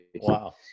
Wow